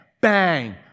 Bang